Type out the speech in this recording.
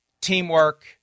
teamwork